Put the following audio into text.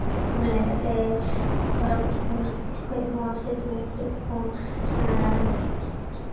ᱚᱱᱟ ᱞᱮᱠᱟᱛᱮ ᱠᱷᱚᱨᱟ ᱠᱷᱚᱱ ᱠᱷᱚᱡ ᱦᱚᱸ ᱥᱮ ᱰᱩᱵᱟᱹ ᱠᱷᱚᱡ ᱦᱚᱸ